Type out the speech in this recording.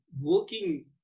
working